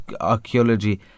Archaeology